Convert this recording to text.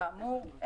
כאמור,